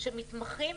שמתמחים